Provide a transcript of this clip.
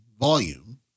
volume